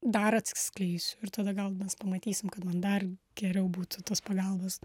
dar atsiskleisiu ir tada gal mes pamatysim kad man dar geriau būtų tos pagalbos